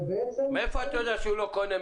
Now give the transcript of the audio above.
ובעצם --- מאיפה אתה יודע שהוא לא קונה?